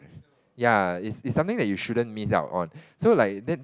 ya is is something you shouldn't miss out on so like then